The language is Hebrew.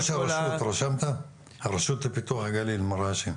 הרשות לפיתוח הגליל, מר האשם?